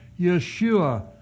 Yeshua